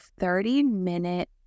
30-minute